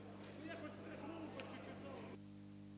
Дякую.